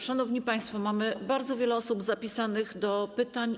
Szanowni państwo, mamy bardzo wiele osób zapisanych do pytań.